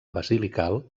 basilical